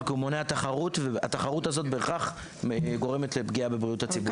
כי הוא מונע תחרות והתחרות הזאת בהכרח פוגעת בבריאות הציבור.